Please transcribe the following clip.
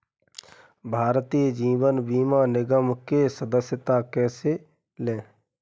भारतीय जीवन बीमा निगम में सदस्यता कैसे लें?